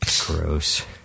Gross